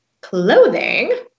clothing